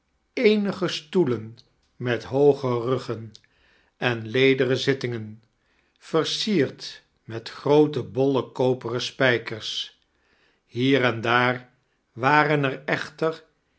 eenige stoer leu met hooge ruggten em ledemeii zittingen vexsierd met groote bolle koperen spijkers hier en daar waren er echter